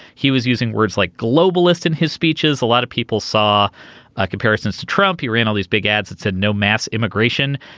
he was using words like globalist in his speeches a lot of people saw comparisons to trump he ran all these big ads that said no mass immigration.